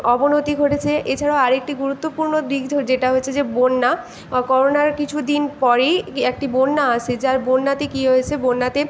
অবনতি ঘটেছে এছাড়াও আরেকটি গুরুত্বপূর্ণ দিক যেটা হচ্ছে যে বন্যা করোনার কিছু দিন পরেই একটি বন্যা আসে যার বন্যাতে কী হয়েছে বন্যাতে